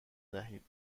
دهید